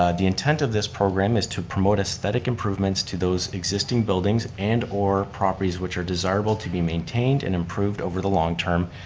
ah the intent of this program is to promote aesthetic improvements to those existing buildings and or properties which are desirable to be maintained and improved over the long term,